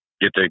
get